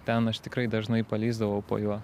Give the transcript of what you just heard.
ten aš tikrai dažnai palįsdavau po juo